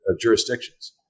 jurisdictions